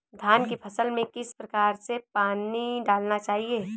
धान की फसल में किस प्रकार से पानी डालना चाहिए?